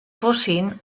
fossin